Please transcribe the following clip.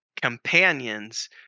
companions